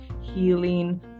healing